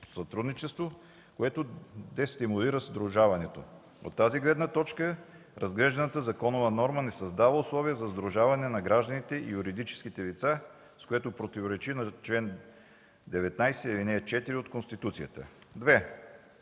което дестимулира сдружаването. От тази гледна точка разглежданата законова норма не създава условия за сдружаване на гражданите и юридическите лица, с което противоречи на чл. 19, ал. 4 от Конституцията.